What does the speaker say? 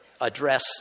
address